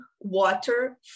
water